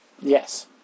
Yes